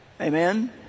Amen